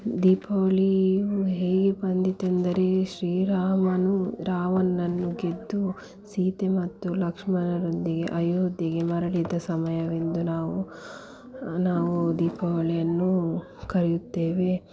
ದೀಪಾವಳಿ ಹೇಗೆ ಬಂದಿತೆಂದರೆ ಶ್ರೀರಾಮನು ರಾವಣನನ್ನು ಗೆದ್ದು ಸೀತೆ ಮತ್ತು ಲಕ್ಷ್ಮಣರೊಂದಿಗೆ ಅಯೋಧ್ಯೆಗೆ ಮರಳಿದ ಸಮಯವೆಂದು ನಾವು ನಾವು ದೀಪಾವಳಿಯನ್ನು ಕರೆಯುತ್ತೇವೆ